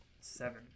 seven